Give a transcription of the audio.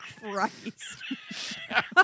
Christ